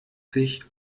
sich